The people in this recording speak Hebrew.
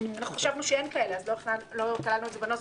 חשבנו שאין כאלה אז לא כללנו את זה בנוסח.